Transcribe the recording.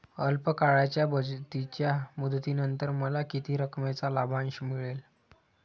अल्प काळाच्या बचतीच्या मुदतीनंतर मला किती रकमेचा लाभांश मिळेल?